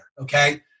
okay